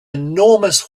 enormous